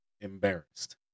embarrassed